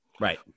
right